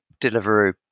delivery